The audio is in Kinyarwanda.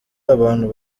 abantu